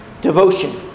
devotion